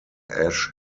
ash